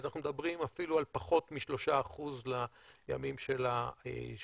אז אנחנו מדברים אפילו על פחות מ-3% לימים של ה-14-13.